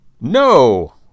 No